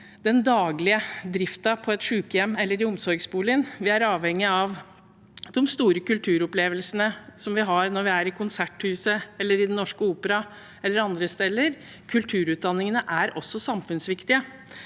den daglige driften på sykehjemmet eller i omsorgsboligen. Vi er avhengig av de store kulturopplevelsene vi har når vi er i Konserthuset, i Den Norske Opera eller andre steder. Kulturutdanningene er også samfunnsviktige.